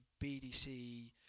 BDC